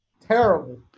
Terrible